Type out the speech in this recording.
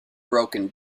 broken